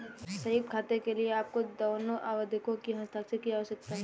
संयुक्त खाते के लिए आपको दोनों आवेदकों के हस्ताक्षर की आवश्यकता है